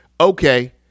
Okay